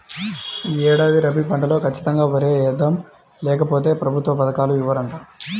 యీ ఏడాది రబీ పంటలో ఖచ్చితంగా వరే యేద్దాం, లేకపోతె ప్రభుత్వ పథకాలు ఇవ్వరంట